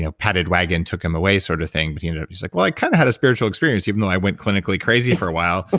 you know padded wagon took him away sort of thing. but you know he's like, well, i kinda had a spiritual experience, even though i went clinically crazy for awhile. but